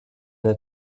der